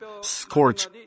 scorch